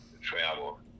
travel